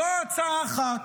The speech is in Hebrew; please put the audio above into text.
זו הצעה אחת,